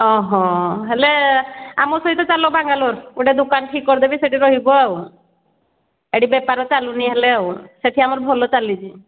ଅ ହ ହେଲେ ଆମ ସହିତ ଚାଲ ବାଙ୍ଗାଲୋର ଗୋଟେ ଦୋକାନ ଠିକ କରିଦେବି ସେଠି ରହିବ ଆଉ ଏଠି ବେପାର ଚାଲୁନି ହେଲେ ଆଉ ସେଠି ଆମର ଭଲ ଚାଲିଛି